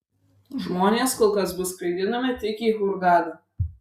žmonės kol kas bus skraidinami tik į hurgadą